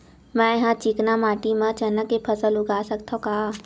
मै ह चिकना माटी म चना के फसल उगा सकथव का?